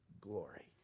glory